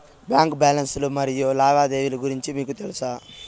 Bank balance లు మరియు లావాదేవీలు గురించి మీకు తెల్సా?